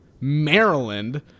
Maryland